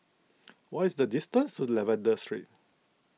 what is the distance to Lavender Street